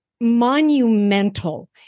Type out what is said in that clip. monumental